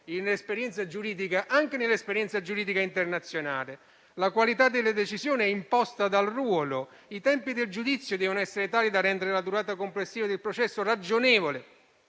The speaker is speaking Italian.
anche nell'esperienza giuridica internazionale. La qualità delle decisioni è imposta dal ruolo, i tempi del giudizio devono essere tali da rendere la durata complessiva del processo ragionevole,